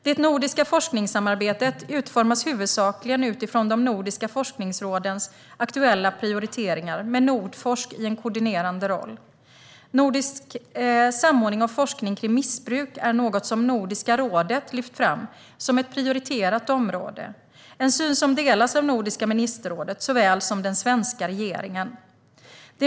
Det nordiska forskningssamarbetet utformas huvudsakligen utifrån de nordiska forskningsrådens aktuella prioriteringar med Nordforsk i en koordinerande roll. Nordisk samordning av forskning kring missbruk är något som Nordiska rådet lyft fram som ett prioriterat område, en syn som delas av Nordiska ministerrådet såväl som den svenska regeringen.